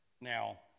Now